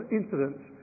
incidents